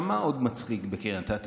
מה עוד מצחיק בקריית אתא?